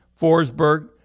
Forsberg